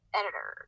editor